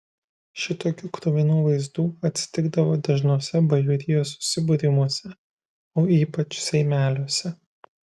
šitokių kruvinų vaizdų atsitikdavo dažnuose bajorijos susibūrimuose o ypač seimeliuose